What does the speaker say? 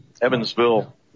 Evansville